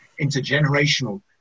intergenerational